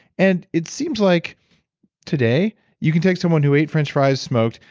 and it seems like today you can take someone who ate french fries, smoked,